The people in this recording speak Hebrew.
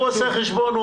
הוא עושה חשבון,